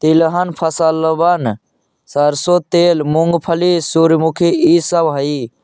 तिलहन फसलबन सरसों तेल, मूंगफली, सूर्यमुखी ई सब हई